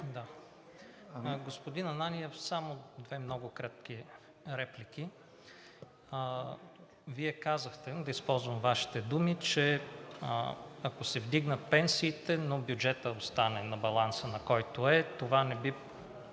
Господин Ананиев, само две много кратки реплики. Вие казахте, да използвам Вашите думи, че ако се вдигнат пенсиите, но бюджетът остане на баланса, на който е, това не би